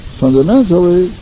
fundamentally